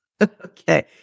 Okay